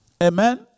Amen